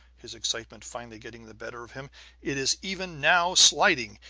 his excitement finally getting the better of him it is even now sliding!